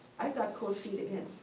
i got cold feet again.